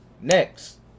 next